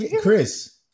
Chris